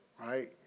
right